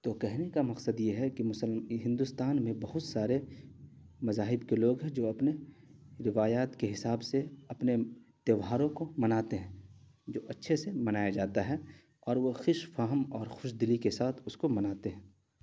تو کہنے کا مقصد یہ ہے کہ ہندوستان میں بہت سارے مذاہب کے لوگ ہیں جو اپنے روایات کے حساب سے اپنے تہواروں کو مناتے ہیں جو اچھے سے منایا جاتا ہے اور وہ خوش فہم اور خوش دلی کے ساتھ اس کو مناتے ہیں